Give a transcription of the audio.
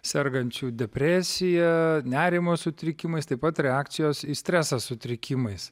sergančių depresija nerimo sutrikimais taip pat reakcijos į stresą sutrikimais